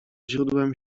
źródłem